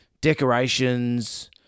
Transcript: decorations